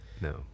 No